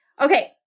Okay